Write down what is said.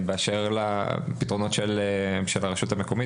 באשר לפתרונות של הרשות המקומית,